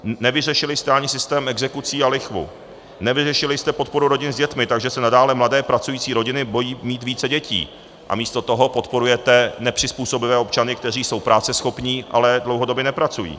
Nevyřešili jste ani systém exekucí a lichvu, nevyřešili jste podporu rodin s dětmi, takže se nadále mladé pracující rodiny bojí mít více dětí, a místo toho podporujete nepřizpůsobivé občany, kteří jsou práceschopní, ale dlouhodobě nepracují.